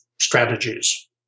strategies